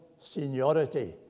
seniority